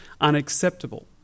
unacceptable